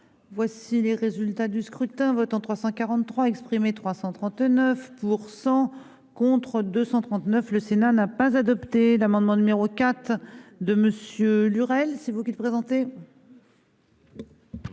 Voici les résultats du scrutin votants 343 exprimés, 339% contre 239, le Sénat n'a pas adopté l'amendement numéro 4 de Monsieur Lurel. C'est vous qui le présenter.